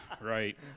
Right